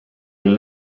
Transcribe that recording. küll